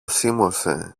σίμωσε